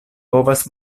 povas